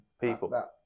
people